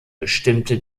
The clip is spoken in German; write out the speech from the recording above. bestimmte